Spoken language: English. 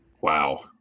Wow